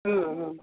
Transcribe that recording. ହଁ ହଁ